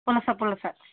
పులస పులస